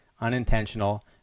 Unintentional